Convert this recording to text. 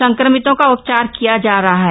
संक्रमितों का उपचार किया जा रहा है